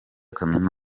kaminuza